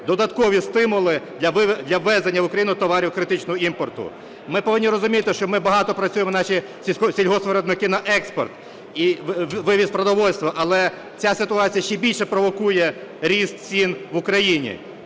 додаткові стимули для ввезення в Україну товарів критичного імпорту. Ми повинні розуміти, що ми багато працюємо, наші сільгоспвиробники, на експорт і вивіз продовольства, але ця ситуація ще більше провокує ріст цін в Україні.